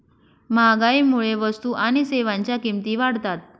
महागाईमुळे वस्तू आणि सेवांच्या किमती वाढतात